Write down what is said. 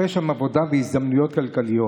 לחפש שם עבודה והזדמנויות כלכליות.